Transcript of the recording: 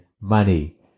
Money